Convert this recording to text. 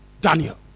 Daniel